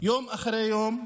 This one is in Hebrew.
שיום אחרי יום,